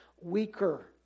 weaker